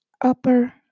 upper